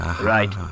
Right